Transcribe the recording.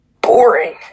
Boring